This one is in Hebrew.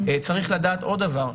צריך לדעת עוד דבר,